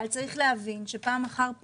אבל צריך להבין שפעם אחר פעם,